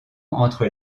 entre